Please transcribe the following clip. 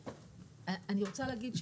אני רוצה להגיד,